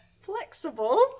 flexible